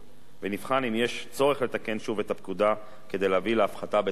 ונבחן אם יש צורך לתקן שוב את הפקודה כדי להביא להפחתה בתעריפים אלה.